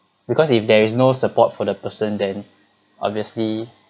because if there is no support for the person then obviously